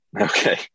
Okay